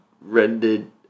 rendered